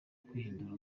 kwihindura